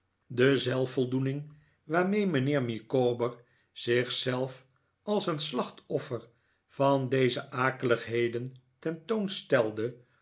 de zelfvoldoening waarmee mijnheer micawber zich zelf als een slachtoffer van deze akeligheden ten toon stelde